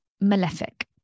malefic